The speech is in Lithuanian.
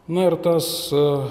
na ir tas a